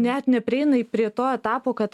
net neprieina prie to etapo kad